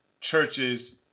churches